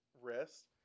wrist